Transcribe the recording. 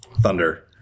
Thunder